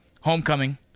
homecoming